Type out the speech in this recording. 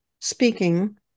speaking